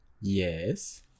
Yes